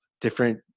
different